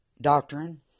doctrine